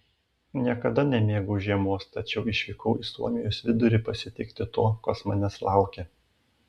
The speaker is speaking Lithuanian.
niekada nemėgau žiemos tačiau išvykau į suomijos vidurį pasitikti to kas manęs laukė